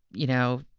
you know,